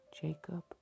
Jacob